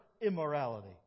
immorality